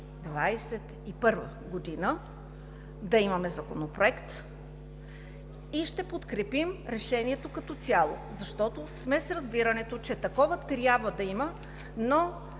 2021 г. да имаме Законопроект и ще подкрепим решението като цяло, защото сме с разбирането, че такова трябва да има, но